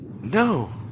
no